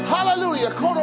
Hallelujah